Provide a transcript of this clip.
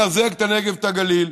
לחזק את הנגב ואת הגליל,